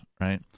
right